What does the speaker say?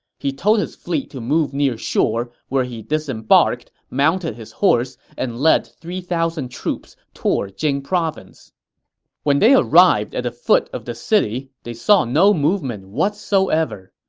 he told his fleet to move near shore, where he disembarked, mounted his horse, and led three thousand troops toward jing province when they arrived at the foot of the city, they saw no movement whatsoever.